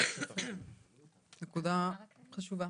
נקודה חשובה.